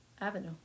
avenue